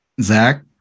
Zach